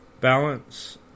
balance